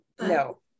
No